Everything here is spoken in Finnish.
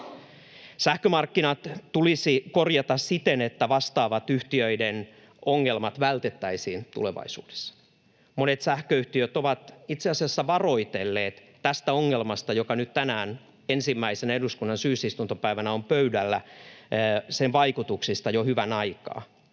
Sähkömarkkinat tulisi korjata siten, että vastaavat yhtiöiden ongelmat vältettäisiin tulevaisuudessa. Monet sähköyhtiöt ovat itse asiassa varoitelleet tästä ongelmasta, joka nyt tänään ensimmäisenä eduskunnan syysistuntopäivänä on pöydällä, sen vaikutuksista, jo hyvän aikaa.